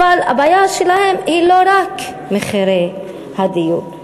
אבל הבעיה שלהם היא לא רק מחירי הדיור.